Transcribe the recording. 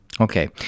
Okay